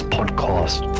Podcast